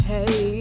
Hey